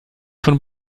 von